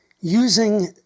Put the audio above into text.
using